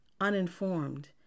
uninformed